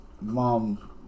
mom